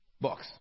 box